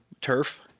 turf